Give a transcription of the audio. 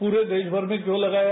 पूरे देश में क्यों लगाया